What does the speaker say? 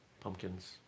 Pumpkins